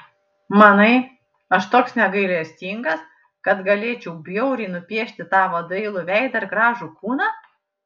manai aš toks negailestingas kad galėčiau bjauriai nupiešti tavo dailų veidą ir gražų kūną